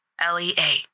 L-E-A